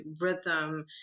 rhythm